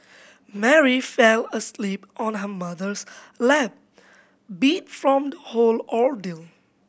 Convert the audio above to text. Mary fell asleep on her mother's lap beat from the whole ordeal